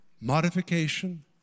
modification